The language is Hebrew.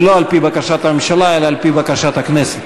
ולא על-פי בקשת הממשלה אלא על-פי בקשת הכנסת.